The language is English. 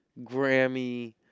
Grammy